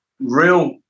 real